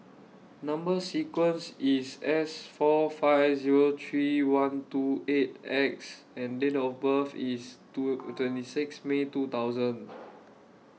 Number sequence IS S four five Zero three one two eight X and Date of birth IS two twenty six May two thousand